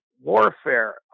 warfare